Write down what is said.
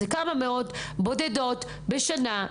מדובר בכמה מאות בודדות בשנה,